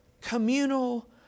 Communal